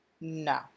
No